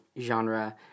genre